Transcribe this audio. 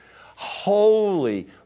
holy